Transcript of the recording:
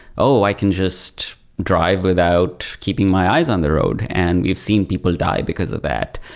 oh, i can just drive without keeping my eyes on the road, and we've seen people die because of that.